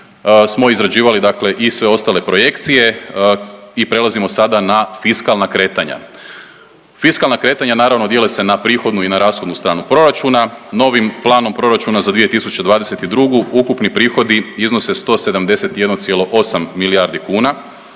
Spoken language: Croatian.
smo izrađivali dakle i sve ostale projekcije i prelazimo sada na fiskalna kretanja. Fiskalna kretanja naravno dijele se na prihodnu i na rashodnu stranu proračuna. Novim planom proračuna za 2022. ukupni prihodi iznose 171,8 milijardi kuna